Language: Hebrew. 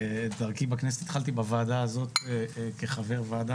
דרכי בכנסת התחלתי בוועדה הזאת כחבר ועדה.